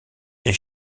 est